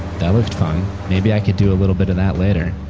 that looked fun. maybe i could do a little bit of that later.